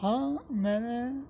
ہاں میں نے